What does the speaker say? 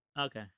Okay